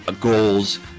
goals